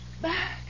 back